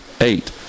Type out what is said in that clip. eight